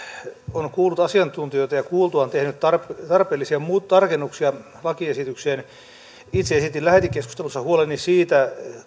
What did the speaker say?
on kuullut asiantuntijoita ja kuultuaan tehnyt tarpeellisia tarkennuksia lakiesitykseen itse esitin lähetekeskustelussa huoleni siitä